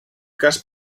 cas